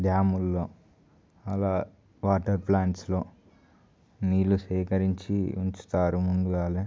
డ్యాముల్లో అలా వాటర్ ప్లాంట్స్లో నీరు సేకరించి ఉంచుతారు ముందుగానే